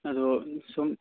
ꯑꯗꯣ ꯁꯨꯝ